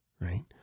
right